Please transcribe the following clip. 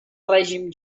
règim